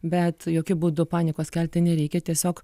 bet jokiu būdu panikos kelti nereikia tiesiog